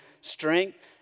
strength